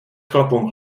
chlapům